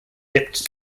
dipped